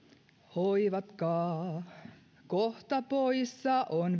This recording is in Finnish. hoivatkaa kohta poissa on